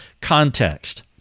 context